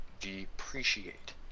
depreciate